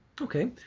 Okay